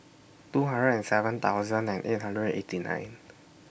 two hundred and seven thousand and eight hundred and eighty nine